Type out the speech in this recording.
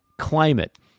climate